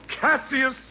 Cassius